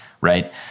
right